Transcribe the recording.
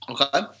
Okay